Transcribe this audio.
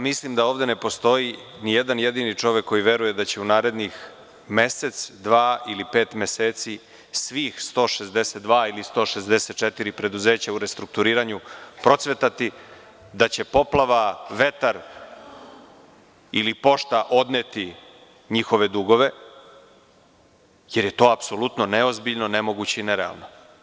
Mislim da ovde ne postoji ni jedan jedini čovek koji veruje da će u narednih mesec, dva ili pet meseci svih 162 ili 164 preduzeća u restrukturiranju procvetati, da će poplava, vetar ili pošta odneti njihove dugove, jer je to apsolutno neozbiljno, nemoguće i nerealno.